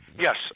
Yes